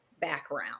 background